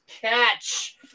catch